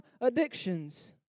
addictions